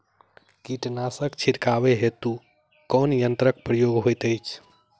कीटनासक छिड़काव हेतु केँ यंत्रक प्रयोग होइत अछि?